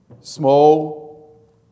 small